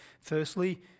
Firstly